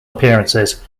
appearances